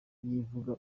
yivuga